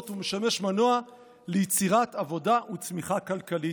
ומשמש מנוע ליצירת עבודה וצמיחה כלכלית.